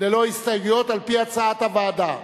ללא הסתייגויות, על-פי הצעת הוועדה.